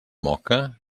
moca